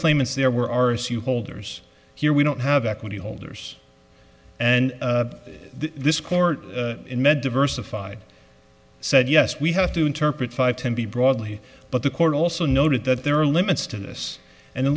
claimants there were are as you holders here we don't have equity holders and this court in med diversified said yes we have to interpret five ten b broadly but the court also noted that there are limits to this and